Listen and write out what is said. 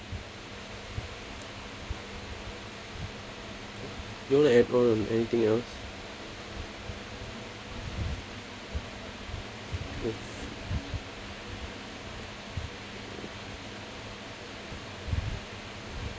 you want to add on anything else